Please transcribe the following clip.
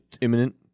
Imminent